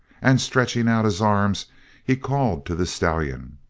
and stretching out his arms he called to the stallion.